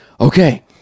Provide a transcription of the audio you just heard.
okay